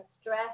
stress